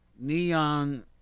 Neon